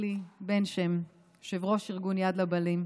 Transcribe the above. אלי בן שם, יושב-ראש ארגון יד לבנים,